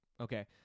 Okay